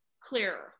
clearer